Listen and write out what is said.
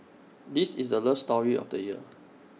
this is the love story of the year